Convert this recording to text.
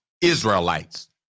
Israelites